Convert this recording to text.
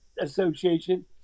association